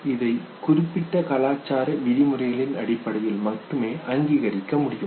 எனவே இதை குறிப்பிட்ட கலாச்சார விதிமுறைகளின் அடிப்படையில் மட்டுமே அங்கிகரிக்க முடியும்